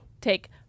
take